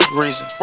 reason